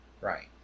Right